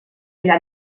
allà